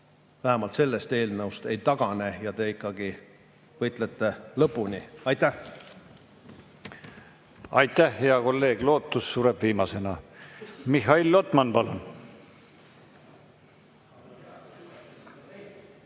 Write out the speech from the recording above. vähemalt sellest eelnõust ei tagane ja te ikkagi võitlete lõpuni. Aitäh! Aitäh, hea kolleeg! Lootus sureb viimasena. Mihhail Lotman, palun!